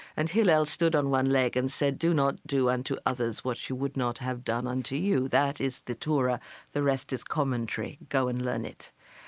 and hillel stood on one leg and said, do not do unto others what you would not have done unto you. that is the torah the rest is commentary. go and learn it.